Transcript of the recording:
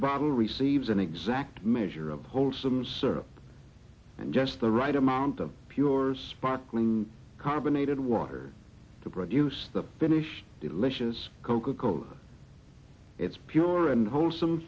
bottle receives an exact measure of wholesome syrup and just the right amount of pure sparkling carbonated water to produce the finished delicious coca cola its pure and wholesome